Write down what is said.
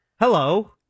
Hello